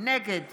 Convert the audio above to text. נגד